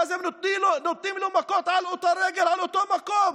ואז הם נותנים לו מכות על אותה רגל, על אותו מקום.